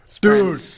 Dude